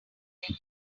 handy